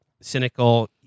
cynical